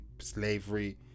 slavery